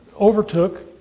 overtook